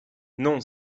non